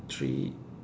three